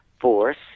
force